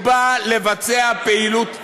הוא בא לבצע פעילות טרור.